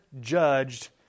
judged